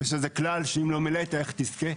ושזה כלל שאם לא מילאת, איך תזכה.